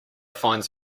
finds